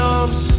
arms